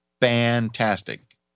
fantastic